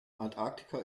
antarktika